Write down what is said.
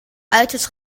altes